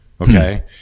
Okay